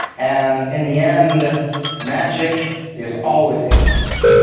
and in the end magic is always ignorance.